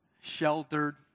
sheltered